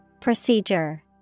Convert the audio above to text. Procedure